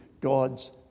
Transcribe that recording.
God's